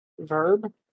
Verb